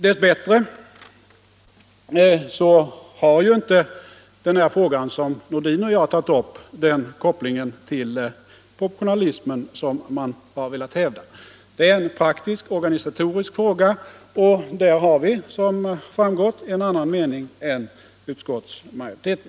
Dess bättre har inte den fråga som herr Nordin och jag har tagit upp den koppling till proportionalismen som man har velat hävda. Det är en praktisk-organisatorisk fråga, och där har vi — som framgått av debatten - en annan mening än utskottsmajoriteten.